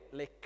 le